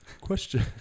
Question